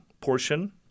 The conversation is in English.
portion